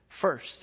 First